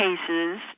cases